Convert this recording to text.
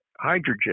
hydrogen